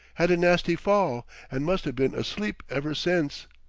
had a nasty fall and must've been asleep ever since.